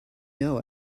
know